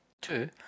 two